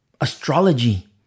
astrology